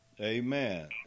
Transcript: Amen